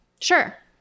Sure